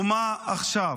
ומה עכשיו?